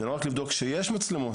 זה לא רק לבדוק שיש מצלמות,